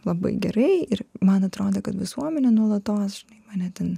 labai gerai ir man atrodė kad visuomenė nuolatos mane ten